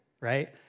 right